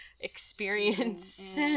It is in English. Experience